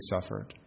suffered